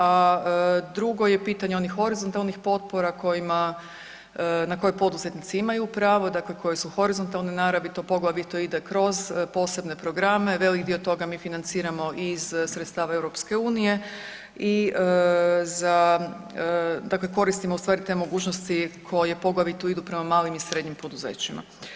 A drugo je pitanje onih horizontalnih potpora kojima, na koje poduzetnici imaju pravo, dakle koje su horizontalne naravi, to poglavito ide kroz posebne programe, velik dio toga mi financiramo i iz sredstava EU i za, dakle koristimo u stvari te mogućnosti koje poglavito idu prema malim i srednjim poduzećima.